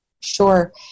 Sure